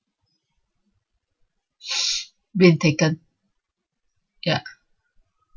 been taken ya